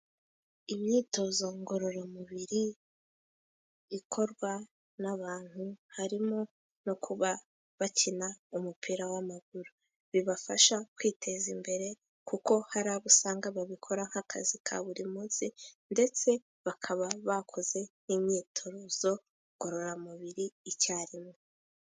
Imyitozo ngororamubiri, ikorwa n'abantu harimo no kuba bakina umupira w'amaguru, bibafasha kwiteza imbere kuko hari abo usanga babikora nk'akazi ka buri munsi, ndetse bakaba bakoze n'imyitozo ngororamubiri icyarimwe.